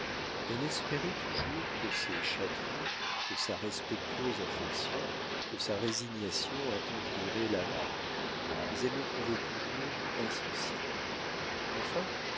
elle espérait toujours que ses chatteries que sa respectueuse affection que sa résignation attendriraient l'avare mais elle le trouvait toujours insensible enfin